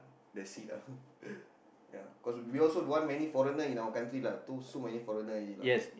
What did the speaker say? that's it ah ya cause we also don't want many foreigner in our country lah too so many foreigner already lah